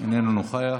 איננו נוכח.